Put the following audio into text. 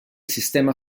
sistema